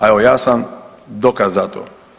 A evo ja sam dokaz za to.